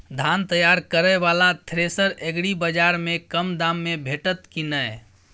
धान तैयार करय वाला थ्रेसर एग्रीबाजार में कम दाम में भेटत की नय?